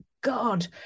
god